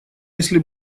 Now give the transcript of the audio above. если